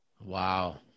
Wow